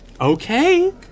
Okay